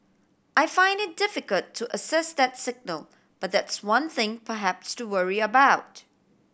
I find it difficult to assess that signal but that's one thing perhaps to worry about